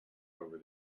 over